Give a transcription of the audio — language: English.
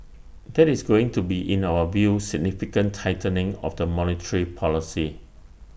that is going to be in our view significant tightening of the monetary policy